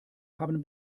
haben